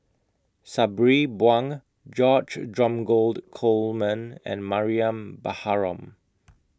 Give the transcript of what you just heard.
Sabri Buang George Dromgold Coleman and Mariam Baharom